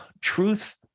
truth